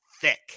thick